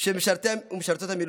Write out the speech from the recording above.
של משרתי ומשרתות המילואים,